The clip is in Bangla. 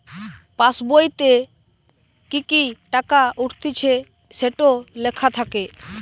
পাসবোইতে কি কি টাকা উঠতিছে সেটো লেখা থাকে